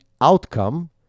outcome